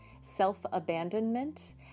self-abandonment